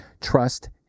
Trust